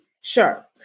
Sure